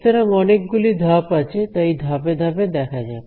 সুতরাং অনেকগুলি ধাপ আছে তাই ধাপে ধাপে দেখা যাক